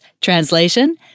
Translation